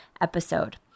episode